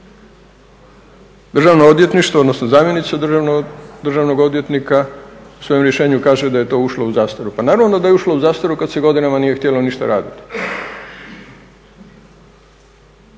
Državno odvjetništvo odnosno zamjenica državnog odvjetnika u svojem rješenju kaže da je to ušlo u zastaru. Pa naravno da je ušlo u zastaru kad se godinama nije htjelo ništa raditi.